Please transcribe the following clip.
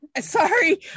sorry